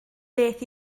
beth